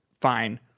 Fine